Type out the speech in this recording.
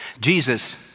Jesus